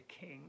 king